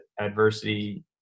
adversity